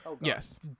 Yes